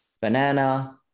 banana